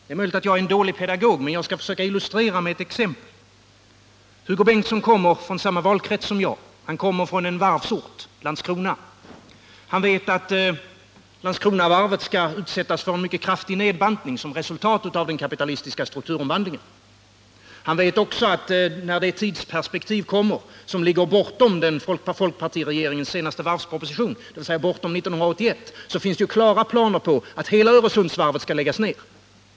Det är möjligt att jag är en dålig pedagog, men jag skall med ett exempel försöka illustrera vad jag menar. Hugo Bengtsson kommer från samma valkrets som jag. Han kommer ifrån en varvsort — Landskrona. Han vet att Landskronavarvet skall utsättas för en mycket kraftig nedbantning som resultat av den kapitalistiska strukturomvandlingen. Han vet också att när det tidsperspektiv kommer som ligger bortom folkpartiregeringens senaste varvsproposition, dvs. bortom 1981, så finns det klara planer på att hela Öresundsvarvet skall läggas ned.